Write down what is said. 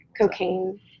Cocaine